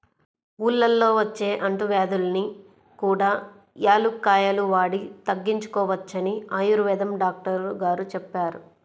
ఊళ్ళల్లో వచ్చే అంటువ్యాధుల్ని కూడా యాలుక్కాయాలు వాడి తగ్గించుకోవచ్చని ఆయుర్వేదం డాక్టరు గారు చెప్పారు